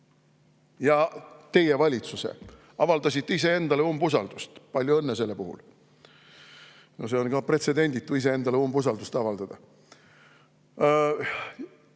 ja teie enda valitsuse, avaldasite iseendale umbusaldust. Palju õnne selle puhul! No see on pretsedenditu: iseendale umbusaldust avaldada!